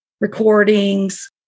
recordings